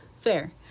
Fair